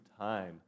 time